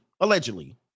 Allegedly